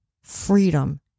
freedom